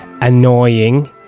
annoying